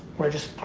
or just,